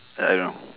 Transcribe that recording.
I don't know